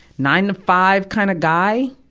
nine to five kind of guy,